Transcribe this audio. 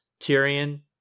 Tyrion